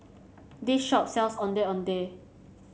this shop sells Ondeh Ondeh